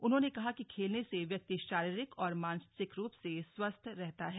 उन्होंने कहा कि खेलने से व्यक्ति शारीरिक और मानसिक रूप से स्वस्थ रहता है